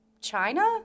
China